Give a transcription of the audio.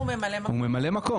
אם הוא ממלא מקום?